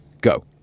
go